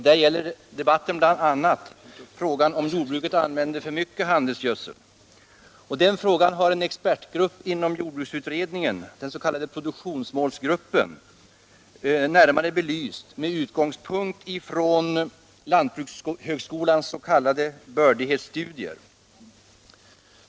Där omfattar debatten bl.a. frågan huruvida jordbruket använder för mycket handelsgödsel, och detta har en expertgrupp inom jordbruksutredningen, den s.k. produktionsmålsgruppen, närmare belyst med utgångspunkt i lantbrukshögskolans s.k. bördighetsstudier.